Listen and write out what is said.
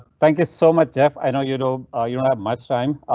thank you so much, jeff. i know you don't. ah you don't have much time.